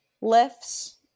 lifts